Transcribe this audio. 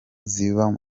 ziva